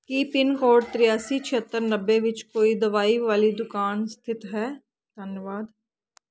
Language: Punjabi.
ਕੀ ਪਿਨਕੋਡ ਤ੍ਰਿਆਸੀ ਛਿਹੱਤਰ ਨੱਬੇ ਵਿੱਚ ਕੋਈ ਦਵਾਈ ਵਾਲੀ ਦੁਕਾਨ ਸਥਿਤ ਹੈ ਧੰਨਵਾਦ